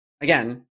again